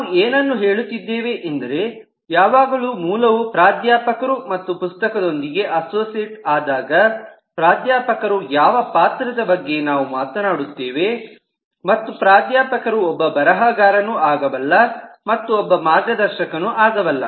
ನಾವು ಏನನ್ನು ಹೇಳುತ್ತಿದ್ದೇವೆ ಎಂದರೆ ಯಾವಾಗ ಮೂಲವು ಪ್ರಾಧ್ಯಾಪಕರು ಮತ್ತು ಪುಸ್ತಕದೊಂದಿಗೆ ಅಸೋಸಿಯೇಟ್ ಆದಾಗ ಪ್ರಾಧ್ಯಾಪಕರ ಯಾವ ಪಾತ್ರದ ಬಗ್ಗೆ ನಾವು ಮಾತನಾಡುತ್ತೇವೆ ಮತ್ತು ಪ್ರಾಧ್ಯಾಪಕರು ಒಬ್ಬ ಬರಹಗಾರನು ಆಗಬಲ್ಲ ಮತ್ತು ಒಬ್ಬ ಮಾರ್ಗದರ್ಶಕನು ಆಗಬಲ್ಲ